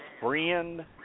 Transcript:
friend